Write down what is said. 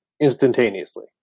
instantaneously